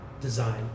design